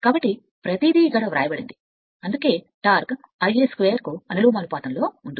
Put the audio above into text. కాబట్టి అందుకే ప్రతిదీ ఇక్కడ వ్రాయబడింది అందుకే టార్క్ Ia 2 కు అనులోమానుపాతంలో ఉంటుంది